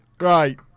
Right